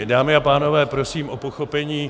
Dámy a pánové, prosím o pochopení.